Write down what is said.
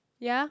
ya